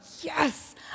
yes